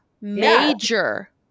major